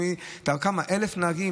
אומרים לי: 1,000 נהגים.